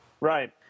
Right